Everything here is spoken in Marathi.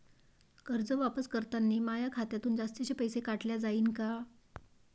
कर्ज वापस करतांनी माया खात्यातून जास्तीचे पैसे काटल्या जाईन का?